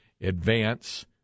advance